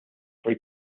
free